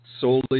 solely